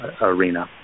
arena